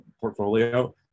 portfolio